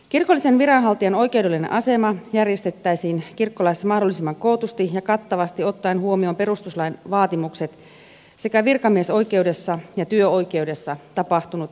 kirkollisen viranhaltijan oikeudellinen asema järjestettäisiin kirkkolaissa mahdollisimman kootusti ja kattavasti ottaen huomioon perustuslain vaatimukset sekä virkamiesoikeudessa ja työoikeudessa tapahtunut yleinen kehitys